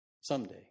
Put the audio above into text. someday